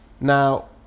Now